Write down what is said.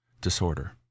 disorder